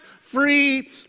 free